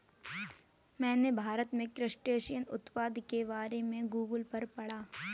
मैंने भारत में क्रस्टेशियन उत्पादन के बारे में गूगल पर पढ़ा